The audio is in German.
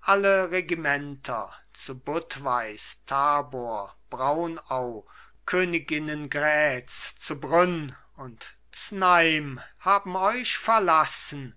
alle regimenter zu budweis tabor braunau königingrätz zu brünn und znaym haben euch verlassen